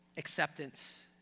Acceptance